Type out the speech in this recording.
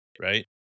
right